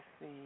see